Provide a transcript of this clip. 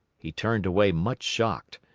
he turned away much shocked,